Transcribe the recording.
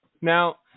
Now